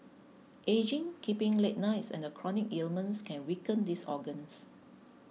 ageing keeping late nights and chronic ailments can weaken these organs